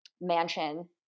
mansion